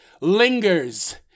lingers